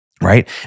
right